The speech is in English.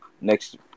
Next